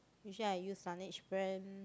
usually I use Laneige brand